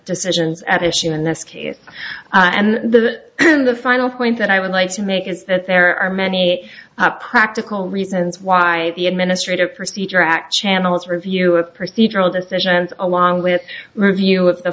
decisions at issue in this case and the the final point that i would like to make is that there are many practical reasons why the administrative procedure act channel's review of procedural decisions along with review